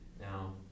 Now